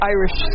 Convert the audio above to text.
Irish